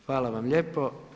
Hvala vam lijepo.